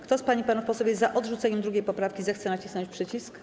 Kto z pań i panów posłów jest za odrzuceniem 2. poprawki, zechce nacisnąć przycisk.